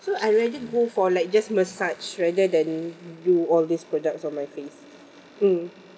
so I rather go for like just massage rather than do all these products on my face mm